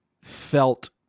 felt